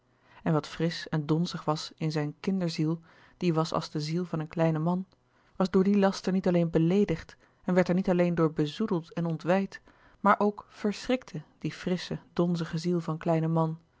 en wat frisch en donzig was in zijn kinderziel die was als de ziel van een kleinen man was door dien laster niet alleen beleedigd en werd er niet alleen door bezoedeld en ontwijd maar ook verschrikte die frissche donzige louis couperus de boeken der kleine zielen ziel van kleinen man